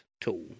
tool